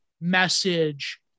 message